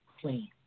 clean